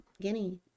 guinea